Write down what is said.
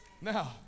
Now